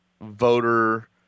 voter